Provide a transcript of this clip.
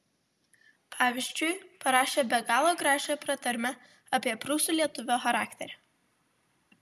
pavyzdžiui parašė be galo gražią pratarmę apie prūsų lietuvio charakterį